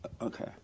Okay